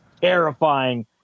terrifying